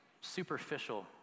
superficial